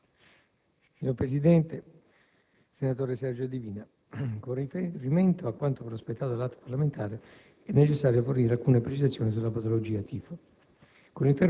Signor Presidente, senatore Sergio Divina, con riferimento a quanto prospettato dall'atto parlamentare, è necessario fornire alcune precisazioni sulla patologia «tifo».